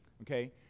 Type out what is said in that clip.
Okay